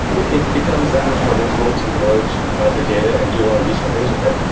it becomes that much more difficult to merge the data and do a lot of useful things with it.